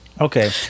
Okay